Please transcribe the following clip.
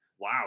wow